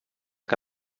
que